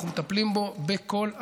אנחנו מטפלים בו בכל הספקטרום.